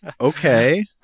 Okay